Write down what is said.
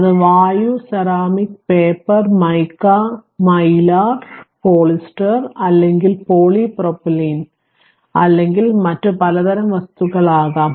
അത് വായു ceramic paper mica mylar polyester അല്ലെങ്കിൽ പോളിപ്രൊഫൈലിൻ അല്ലെങ്കിൽ മറ്റ് പലതരം വസ്തുക്കൾ ആകാം